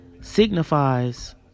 signifies